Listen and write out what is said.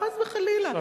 חס וחלילה.